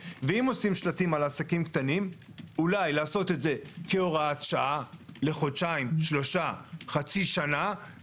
כידוע לך כיוון שמדובר במצרך טובין שנמכר לצרכן לפי